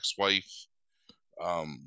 ex-wife